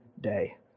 day